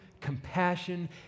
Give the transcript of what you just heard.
compassion